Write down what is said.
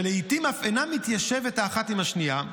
שלעיתים אף אינה מתיישבת האחת עם השנייה,